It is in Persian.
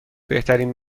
بهترین